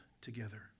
together